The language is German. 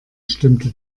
stimmte